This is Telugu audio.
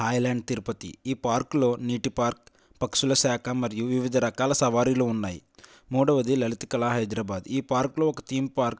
హాయిలాండ్ తిరుపతి ఈ పార్క్లో నీటి పార్క్ పక్షుల శాఖ మరియు వివిధ రకాల సవారీలు ఉన్నాయి మూడోవది లలిత కళ హైదరాబాద్ ఈ పార్క్లో ఒక థీమ్ పార్క్